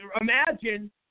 imagine